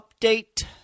update